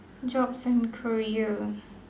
jobs and career